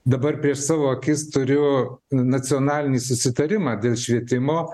dabar prieš savo akis turiu nacionalinį susitarimą dėl švietimo